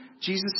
Jesus